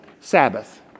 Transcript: Sabbath